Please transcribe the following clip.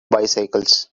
bicycles